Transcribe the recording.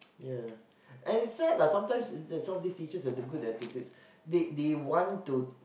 ya and sad sometime these teacher have good attitude they want to